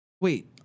Wait